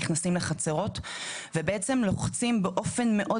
נכנסים לחצרות ובעצם לוחצים באופן מאוד